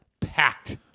packed